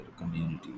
community